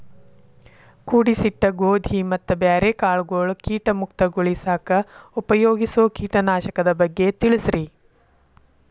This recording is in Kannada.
ಕೂಡಿಸಿಟ್ಟ ಗೋಧಿ ಮತ್ತ ಬ್ಯಾರೆ ಕಾಳಗೊಳ್ ಕೇಟ ಮುಕ್ತಗೋಳಿಸಾಕ್ ಉಪಯೋಗಿಸೋ ಕೇಟನಾಶಕದ ಬಗ್ಗೆ ತಿಳಸ್ರಿ